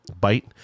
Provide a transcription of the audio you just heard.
bite